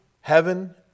heaven